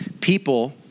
people